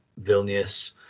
Vilnius